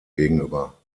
gegenüber